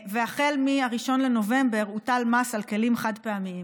והחל מ-1 בנובמבר הוטל מס על כלים חד-פעמיים.